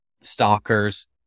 stalkers